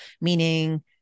meaning